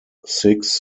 six